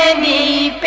ne